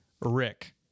Rick